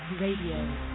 RADIO